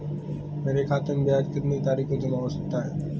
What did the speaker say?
मेरे खाते में ब्याज कितनी तारीख को जमा हो जाता है?